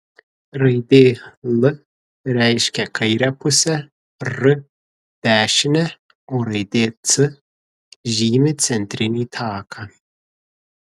raidė l reiškia kairę pusę r dešinę o raidė c žymi centrinį taką